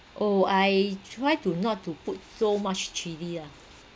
oh I try to not to put so much chilli ah